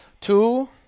two